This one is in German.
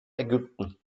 ägypten